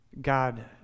God